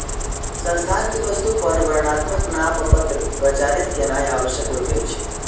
संस्थान के वस्तु पर वर्णात्मक नामपत्र प्रचारित केनाई आवश्यक होइत अछि